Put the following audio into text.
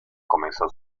comenzó